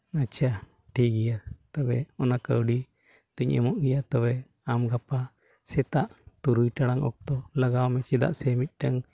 ᱟᱪᱪᱷᱟ ᱴᱷᱤᱠ ᱜᱮᱭᱟ ᱛᱚᱵᱮ ᱚᱱᱟ ᱠᱟᱹᱣᱰᱤᱛᱤᱧ ᱮᱢᱚᱜ ᱜᱮᱭᱟ ᱛᱚᱵᱮ ᱟᱢ ᱜᱟᱯᱟ ᱥᱮᱛᱟᱜ ᱛᱩᱨᱩᱭ ᱴᱟᱲᱟᱝ ᱚᱠᱛᱚ ᱞᱟᱜᱟᱣ ᱢᱮ ᱪᱮᱫᱟᱜ ᱥᱮ ᱢᱤᱫᱴᱟᱝ